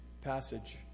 passage